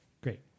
Great